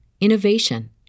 innovation